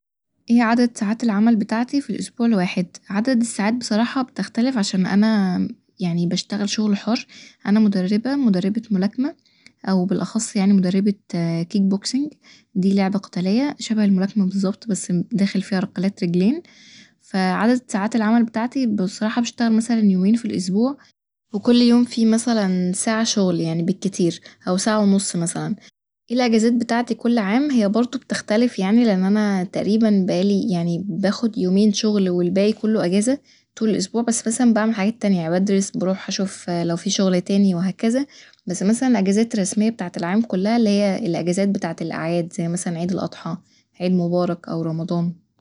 اي هي عدد ساعات العمل بتاعتي ف الاسبوع الواحد عدد الساعات بصراحة بتختلف عشان انا يعني بشتغل شغل حر ، أنا مدربة مدربة ملاكمة أو بالأخص يعني مدربة كيك بوكسينج دي لعبة قتالية شبه الملاكمة بالظبط بس داخل فيها ركلات رجلين ف عدد ساعات العمل بتاعتي بصراحة بشتغل مثلا يومين ف الاسبوع وكل يوم في مثلا ساعة شغل يعني بالكتير او ساعة ونص مثلا ، ايه الاجازات بتاعتي كل عام؟ هي برضو بتختلف يعني لإن أنا تقريبا بقالي يعني باخد يومين شغل والباقي كله اجازة طول الاسبوع بس مثلا بعمل حاجات تانية يعني بدرس بروح أشوف لو في شغل تاني وهكذا بس مثلا اجازات رسمية بتاعت العام كلها اللي هي الاجازات بتاعت الاعياد زي مثلا عيد الاضحى عيد مبارك أو رمضان